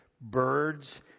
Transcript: birds